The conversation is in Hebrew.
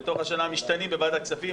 משתנים בוועדת הכספים.